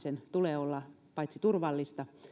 ravintoloiden avaamisen tulee olla paitsi turvallista